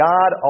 God